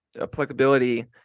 applicability